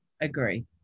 agree